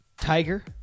Tiger